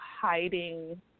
hiding